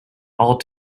all